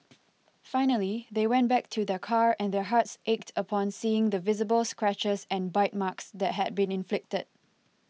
finally they went back to their car and their hearts ached upon seeing the visible scratches and bite marks that had been inflicted